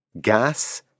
Gas